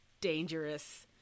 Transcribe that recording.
dangerous